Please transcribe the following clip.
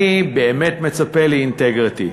אני באמת מצפה לאינטגריטי.